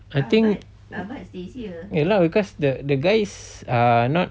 I think ya lah because the the guys are not